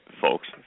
folks